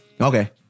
Okay